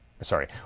Sorry